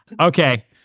Okay